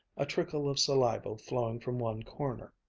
a trickle of saliva flowing from one corner.